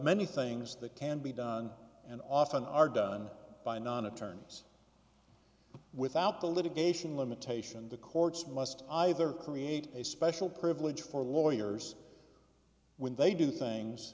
many things that can be done and often are done by non attorneys without the litigation limitation the courts must either create a special privilege for lawyers when they do things